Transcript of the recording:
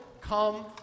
come